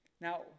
Now